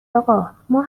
اقا، ما